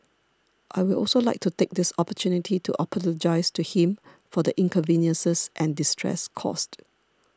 I will also like to take this opportunity to apologise to him for the inconveniences and distress caused